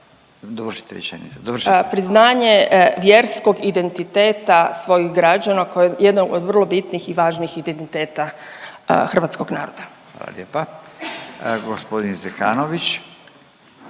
Dovršite rečenicu./… priznanje vjerskog identiteta svojih građana koje je jedno od vrlo bitnih i važnih identiteta hrvatskog naroda. **Radin, Furio